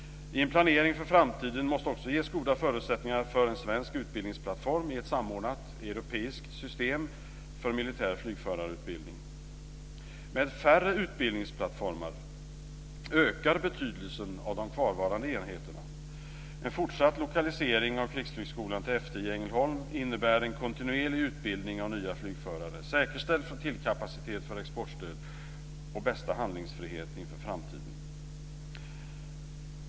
I en planering för framtiden måste det också ges goda förutsättningar för en svensk utbildningsplattform i ett samardnat europeiskt system för militär flygförarutbildning. Med färre utbildningsplattformar ökar betydelsen av de kvarvarande enheterna. En fortsatt lokalisering av Krigsflygskolan till F 10 i Ängelholm innebär en kontinuerlig utbildning av nya flygförare, säkerställd flottiljkapacitet för exportstöd och bästa handlingsfrihet inför framtiden.